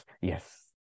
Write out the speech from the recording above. Yes